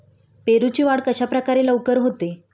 पेरूची वाढ कशाप्रकारे लवकर होते?